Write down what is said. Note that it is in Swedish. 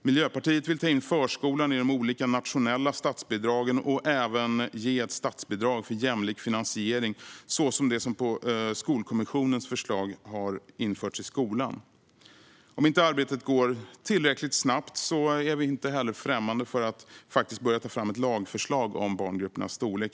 Miljöpartiet vill ta in förskolan i de olika nationella statsbidragen och även ge ett statsbidrag för jämlik finansiering likt det som på Skolkommissionens förslag har införts för skolan. Om arbetet inte går tillräckligt snabbt är vi inte heller främmande för att börja ta fram ett lagförslag om barngruppers storlek.